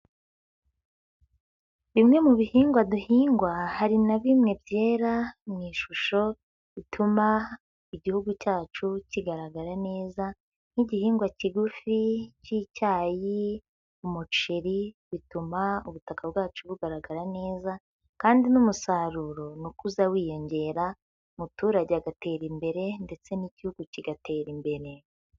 Bimwe mu bihingwa duhingwa hari na bimwe byera mu ishusho bituma igihugu cyacu kigaragara neza nk'igihingwa kigufi cy'icyayi, umuceri bituma ubutaka bwacu bugaragara neza kandi n'umusaruro ni uko uza wiyongera umuturage agatera imbere ndetse n'igihugu kigatera imbere.